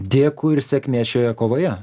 dėkui ir sėkmės šioje kovoje